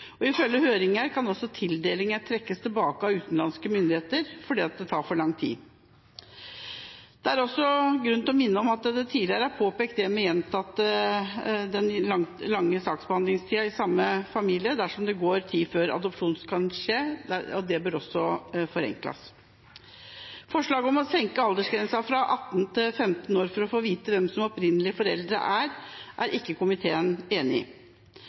og ifølge høringen kan også tildelingen trekkes tilbake av utenlandske myndigheter fordi det tar for lang tid. Det er også grunn til å minne om at det tidligere er påpekt dette med den lange saksbehandlingstida i samme familie dersom det går tid før adopsjon kan skje, og det bør også forenkles. Forslaget om å senke aldersgrensa fra 18 til 15 år for å få vite hvem ens opprinnelige foreldre er, er ikke komiteen enig i.